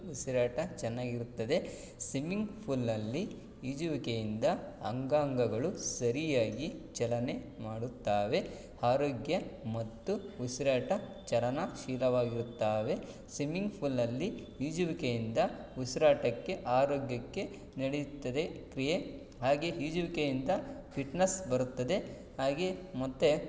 ಉಸಿರಾಟ ಚೆನ್ನಾಗಿರುತ್ತದೆ ಸಿಮ್ಮಿಂಗ್ ಫೂಲ್ನಲ್ಲಿ ಈಜುವಿಕೆಯಿಂದ ಅಂಗಾಂಗಗಳು ಸರಿಯಾಗಿ ಚಲನೆ ಮಾಡುತ್ತವೆ ಆರೋಗ್ಯ ಮತ್ತು ಉಸಿರಾಟ ಚಲನಶೀಲವಾಗಿರ್ತವೆ ಸಿಮ್ಮಿಂಗ್ ಫೂಲ್ನಲ್ಲಿ ಈಜುವಿಕೆಯಿಂದ ಉಸಿರಾಟಕ್ಕೆ ಆರೋಗ್ಯಕ್ಕೆ ನಡೆಯುತ್ತದೆ ಕ್ರಿಯೆ ಹಾಗೇ ಈಜುವಿಕೆಯಿಂದ ಫಿಟ್ನಸ್ ಬರುತ್ತದೆ ಹಾಗೇ ಮತ್ತು